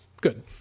Good